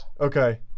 Okay